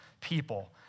people